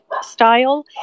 style